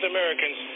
Americans